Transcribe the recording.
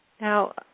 Now